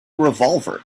revolver